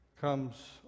comes